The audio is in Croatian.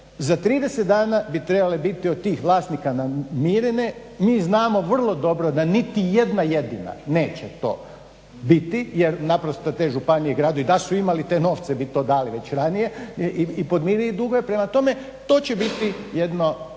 za 30 dana bi trebale biti od tih vlasnika namirene. Mi znamo vrlo dobro da niti jedna jedina neće to biti jer naprosto te županije, gradovi da su imali te novce bi to dali već ranije i podmirili dugove. Prema tome, to će biti jedno